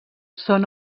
són